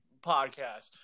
podcast